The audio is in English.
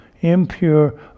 impure